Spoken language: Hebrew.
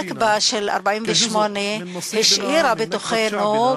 הנכבה של 1948 השאירה בתוכנו,